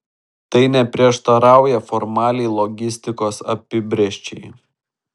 tai neprieštarauja formaliai logistikos apibrėžčiai